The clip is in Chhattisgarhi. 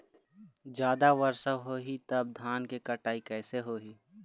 जादा वर्षा होही तब धान के कटाई कैसे होही?